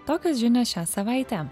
tokios žinios šią savaitę